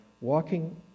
Walking